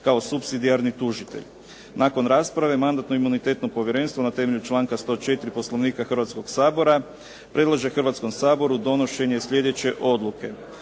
kao supsidijarni tužitelj. Nakon rasprave Mandatno-imunitetno povjerenstvo na temelju članka 104. Poslovnika Hrvatskog sabora predlaže Hrvatskom saboru donošenje sljedeće odluke: